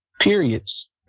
periods